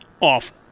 off